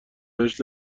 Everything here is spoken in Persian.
بهش